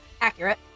Accurate